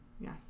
Yes